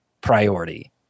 priority